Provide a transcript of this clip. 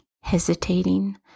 hesitating